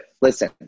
listen